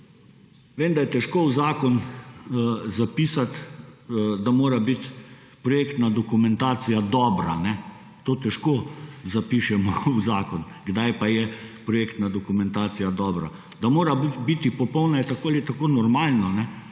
Vem, da je težko v zakon zapisati, da mora biti projektna dokumentacija dobra. To težko zapišemo v zakon. Kdaj pa je projektna dokumentacija dobra? Da mora biti popolna, je tako ali tako normalno.